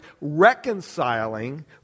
reconciling